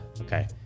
Okay